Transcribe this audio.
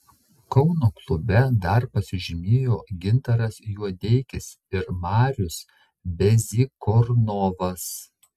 kauno klube dar pasižymėjo gintaras juodeikis ir marius bezykornovas